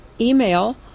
email